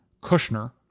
Kushner